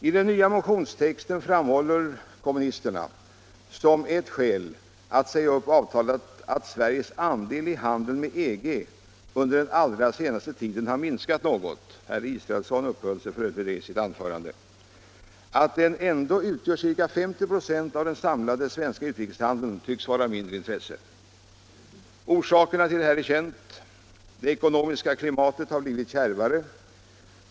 I den nya motionstexten framhåller kommunisterna som ett skäl för att säga upp avtalet att Sveriges andel i handeln med EG under den allra senaste tiden har minskat något. Herr Israelsson uppehöll sig f. ö. vid det i sitt anförande. Att den ändå utgör ca 50 26 av den samlade svenska utrikeshandeln tycks vara av mindre intresse. Orsakerna till detta är kända: det ekonomiska klimatet har blivit kärvare.